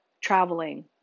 traveling